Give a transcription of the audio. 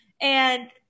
And-